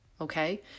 okay